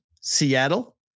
Seattle